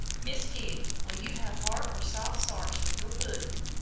miss kitty, will you have hard or soft sarse with your pudden?